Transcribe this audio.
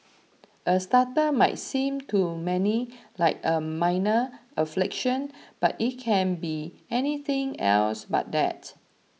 a stutter might seem to many like a minor affliction but it can be anything else but that